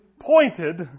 pointed